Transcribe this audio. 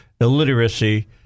illiteracy